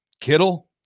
Kittle